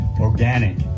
organic